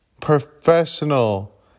professional